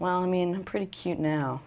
well i mean pretty cute now